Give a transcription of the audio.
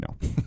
No